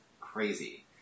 crazy